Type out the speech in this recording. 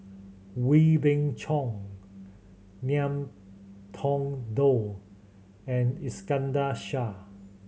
Wee Beng Chong Ngiam Tong Dow and Iskandar Shah